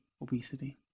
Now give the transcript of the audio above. obesity